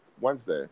Wednesday